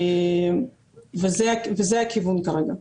זה הכיוון כרגע.